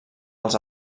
els